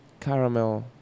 caramel